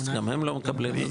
גם הם לא מקבלים.